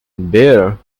bare